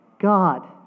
God